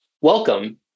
Welcome